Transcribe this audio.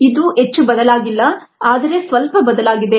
ಇದು ಹೆಚ್ಚು ಬದಲಾಗಿಲ್ಲ ಆದರೆ ಸ್ವಲ್ಪ ಬದಲಾಗಿದೆ